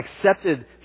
accepted